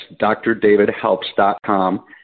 drdavidhelps.com